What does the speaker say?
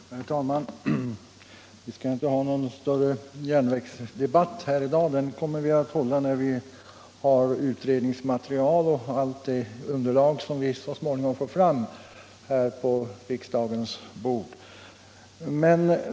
Herr talman! Det skall inte bli någon större järnvägsdebatt här i dag. Den kommer vi att hålla när allt underlag ligger på riksdagens bord.